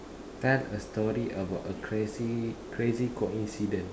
tell a story about a crazy crazy coincidence